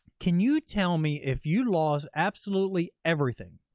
can you tell me, if you lost absolutely everything,